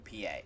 pa